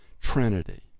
Trinity